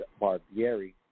Barbieri